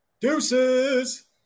Deuces